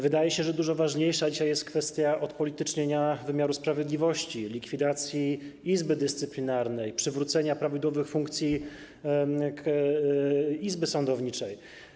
Wydaje się, że dużo ważniejsza dzisiaj jest kwestia odpolitycznienia wymiaru sprawiedliwości, likwidacji Izby Dyscyplinarnej, przywrócenia prawidłowych funkcji Izby Sądowniczej.